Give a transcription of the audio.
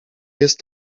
jest